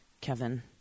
Kevin